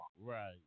Right